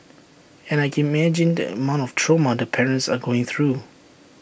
and I can imagine the amount of trauma the parents are going through